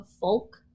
folk